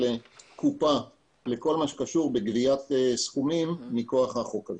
קופה לכל הקשור בגביית סכומים מכוח החוק הזה.